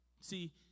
See